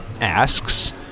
asks